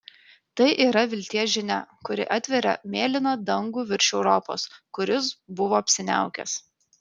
tai yra vilties žinia kuri atveria mėlyną dangų virš europos kuris buvo apsiniaukęs